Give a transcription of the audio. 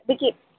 دیکھیے